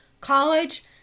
college